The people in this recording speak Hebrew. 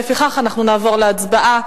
לפיכך נעבור להצבעה.